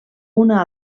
una